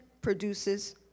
produces